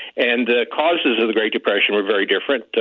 and the causes of the great depression were very different,